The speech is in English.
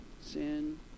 sin